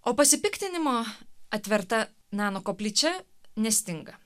o pasipiktinimo atverta nano koplyčia nestinga